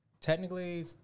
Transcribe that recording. Technically